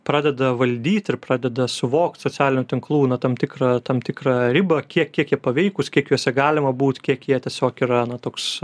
pradeda valdyt ir pradeda suvokt socialinių tinklų na tam tikrą tam tikrą ribą kiek kiek jie paveikūs kiek juose galima būt kiek jie tiesiog yra na toks